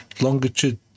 longitude